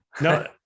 No